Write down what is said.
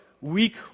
weak